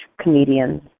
comedians